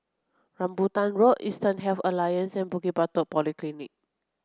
Rambutan Road Eastern Health Alliance and Bukit Batok Polyclinic